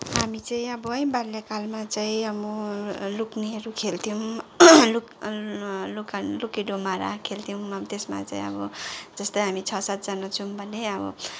हामी चाहिँ अब है बाल्यकालमा चाहिँ अब लुक्नेहरू खेल्थ्यौँ लु लुक लुके डुममारा खेल्थ्यौँ त्यसमा चाहिँ अब जस्तै हामी छ सातजना छौँ भने अब